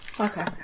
Okay